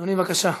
אדוני, בבקשה.